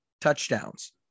touchdowns